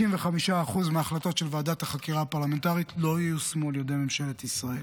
95% מההחלטות של ועדת החקירה הפרלמנטרית לא יושמו על ידי ממשלת ישראל.